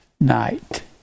night